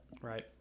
Right